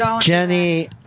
Jenny